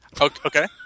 Okay